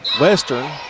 Western